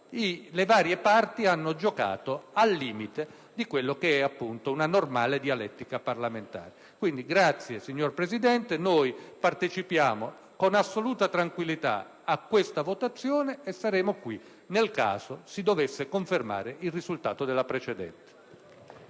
le varie parti hanno giocato al limite di quella che è una normale dialettica parlamentare. Quindi la ringrazio, signor Presidente; parteciperemo con assoluta tranquillità a questa votazione e saremo qui domani, nel caso si dovesse confermare il risultato della precedente